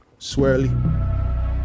swirly